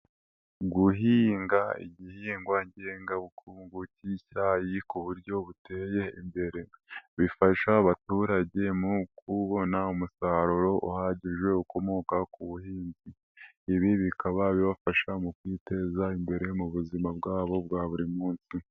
Guhinga igihingwa ngengabukungu cy'icyayi ku buryo buteye imbere, bifasha abaturage mu kubona umusaruro uhagije ukomoka ku buhinzi, ibi bikaba bibafasha mu kwiteza imbere mu buzima bwabo bwa buri munsi.